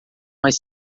mais